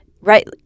Right